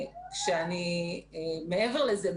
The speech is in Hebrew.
מעבר לזה,